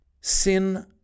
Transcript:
Sin